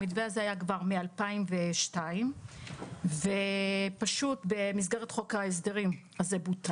המתווה הזה היה כבר מ-2002 אך במסגרת חוק ההסדרים הוא בוטל.